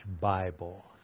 Bible